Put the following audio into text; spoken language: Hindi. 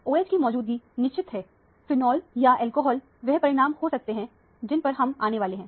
OH की मौजूदगी निश्चित है फिनोल या एल्कोहल वह परिणाम हो सकते हैं जिन पर हम आने वाले हैं